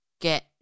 get